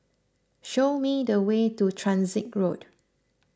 show me the way to Transit Road